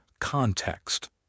context